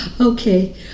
Okay